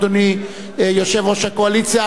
אדוני יושב-ראש הקואליציה,